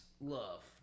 love